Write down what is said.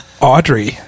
Audrey